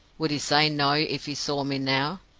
would he say no if he saw me now?